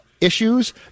issues